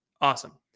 awesome